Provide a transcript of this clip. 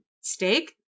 steak